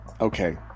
Okay